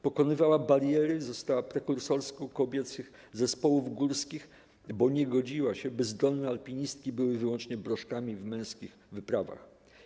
Pokonywała bariery, została prekursorską kobiecych zespołów górskich, bo nie godziła się, by zdolne alpinistki 'były wyłącznie broszkami w męskich wyprawach'